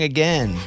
Again